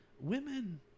women